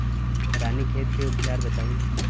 रानीखेत के उपचार बताई?